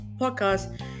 podcast